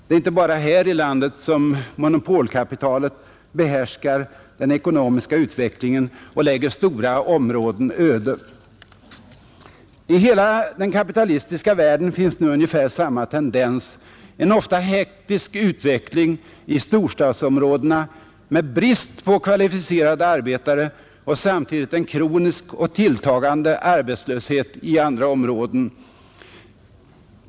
Det är inte bara här i landet som monopolkapitalet behärskar den ekonomiska utvecklingen och lägger stora områden öde. I hela den kapitalistiska världen finns ungefär samma tendens — en ofta hektisk utveckling i storstadsområdena med brist på kvalificerade arbetare och samtidigt en kronisk och tilltagande arbetslöshet i andra områden.